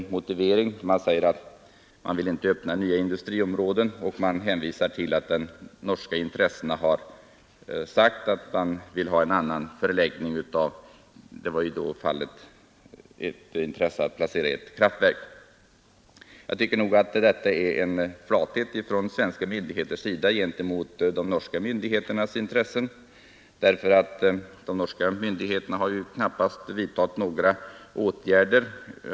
Motiveringen är att man inte vill öppna nya industriområden, och man hänvisar till att de norska intressena har sagt sig vilja ha en annan förläggning av kraftverket. Detta är en flathet från de svenska myndigheterna gentemot de norska myndigheternas intressen, eftersom de norska myndigheterna knappast har vidtagit några åtgärder alls för att kompensera oss.